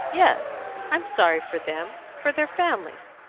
yes i'm sorry for them for their families,